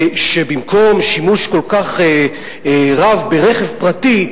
שבמקום שימוש כל כך רב ברכב פרטי,